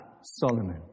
Solomon